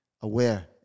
aware